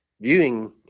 viewing